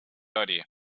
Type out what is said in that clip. idea